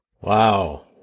Wow